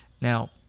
Now